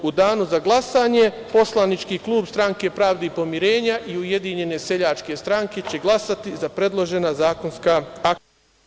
U danu za glasanje poslanički klub Stranke pravde i pomirenja i Ujedinjene seljačke stranke će glasati za predložena zakonska akta.